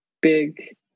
big